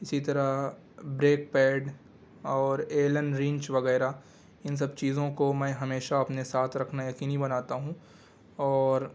اسی طرح brake pad اور ایلن رینچ وغیرہ ان سب چیزوں کو میں ہمیشہ اپنے ساتھ رکھنا یقینی بناتا ہوں اور